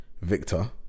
Victor